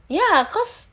ya cause